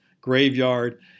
graveyard